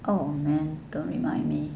oh man don't remind me